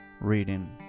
reading